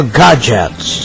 gadgets